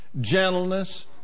gentleness